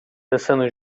dançando